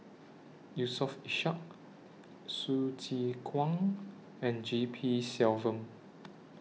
Yusof Ishak Hsu Tse Kwang and G P Selvam